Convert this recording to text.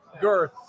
girth